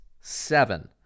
seven